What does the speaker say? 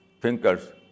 thinkers